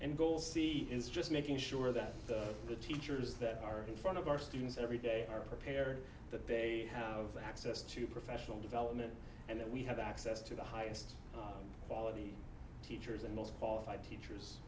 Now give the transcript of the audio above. and goal c is just making sure that the teachers that are in front of our students every day are prepared that they have access to professional development and that we have access to the highest quality teachers and most qualified teachers